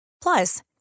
Plus